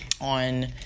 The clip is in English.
on